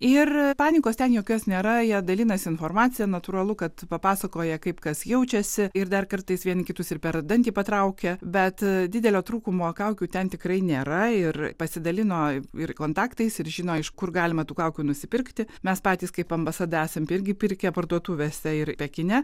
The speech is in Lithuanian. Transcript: ir panikos ten jokios nėra jie dalinasi informacija natūralu kad papasakoja kaip kas jaučiasi ir dar kartais vieni kitus ir per dantį patraukia bet didelio trūkumo kaukių ten tikrai nėra ir pasidalino ir kontaktais ir žino iš kur galima tų kaukių nusipirkti mes patys kaip ambasada esam irgi pirkę parduotuvėse ir pekine